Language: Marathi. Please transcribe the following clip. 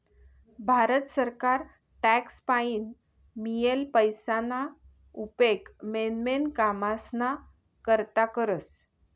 भारत सरकार टॅक्स पाईन मियेल पैसाना उपेग मेन मेन कामेस्ना करता करस